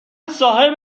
صاحب